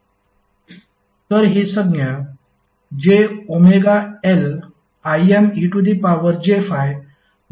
तर ही संज्ञा jωLImej∅ म्हणून सरळीकृत केली जाऊ शकते